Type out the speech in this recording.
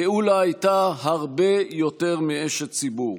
גאולה הייתה הרבה יותר מאשת ציבור,